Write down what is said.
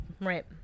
right